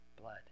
blood